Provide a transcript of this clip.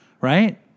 right